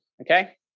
okay